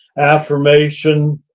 affirmation.